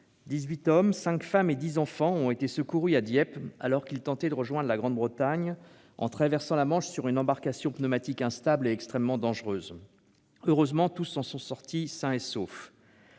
18 hommes, 5 femmes et 10 enfants ont été secourus à Dieppe alors qu'ils tentaient de rejoindre la Grande-Bretagne en traversant la Manche sur une embarcation pneumatique instable et extrêmement dangereuse. Heureusement, tous s'en sont sortis sains et saufs.